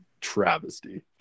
travesty